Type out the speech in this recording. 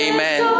Amen